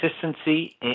consistency